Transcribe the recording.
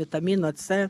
vitamino c